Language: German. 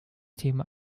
thema